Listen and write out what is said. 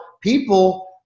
people